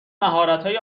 مهارتهای